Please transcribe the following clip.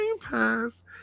Pass